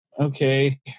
Okay